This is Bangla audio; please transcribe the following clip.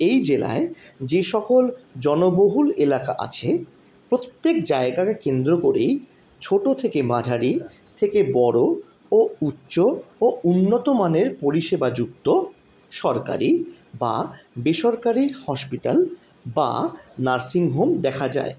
এই জেলায় যে সকল জনবহুল এলাকা আছে প্রত্যেক জায়গাকে কেন্দ্র করেই ছোটো থেকে মাঝারি থেকে বড়ো ও উচ্চ ও উন্নতমানের পরিষেবাযুক্ত সরকারি বা বেসরকারি হসপিটাল বা নার্সিং হোম দেখা যায়